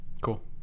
Cool